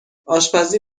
آشپزی